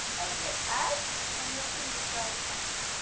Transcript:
elbow out, and your finger slides back.